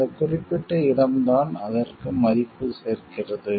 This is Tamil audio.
அந்த குறிப்பிட்ட இடம்தான் அதற்கு மதிப்பு சேர்க்கிறது